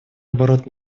оборот